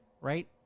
right